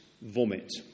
vomit